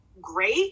great